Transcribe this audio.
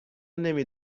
نمی